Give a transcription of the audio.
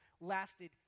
lasted